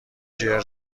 جـر